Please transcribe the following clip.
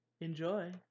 Enjoy